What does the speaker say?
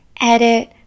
Edit